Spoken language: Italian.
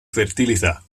fertilità